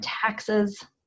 taxes